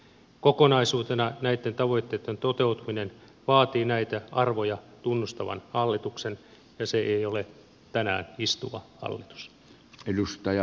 kokonaisuutena näitten tavoitteitten toteutuminen vaatii näitä arvoja tunnustavan hallituksen ja se ei ole tänään istuva hallitus